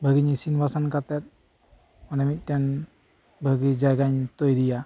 ᱵᱷᱟᱜᱤᱧ ᱤᱥᱤᱱ ᱵᱟᱥᱟᱝ ᱠᱟᱛᱮᱫ ᱚᱱᱮ ᱢᱤᱫᱴᱮᱱ ᱵᱷᱟᱜᱤ ᱡᱟᱭᱜᱟᱧ ᱛᱚᱭᱨᱤᱭᱟ